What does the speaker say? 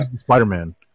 Spider-Man